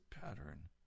pattern